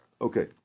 Okay